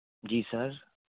जी sir